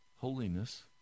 holiness